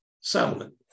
settlement